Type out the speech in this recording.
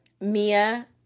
Mia